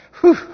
whew